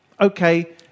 okay